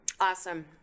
awesome